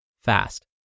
fast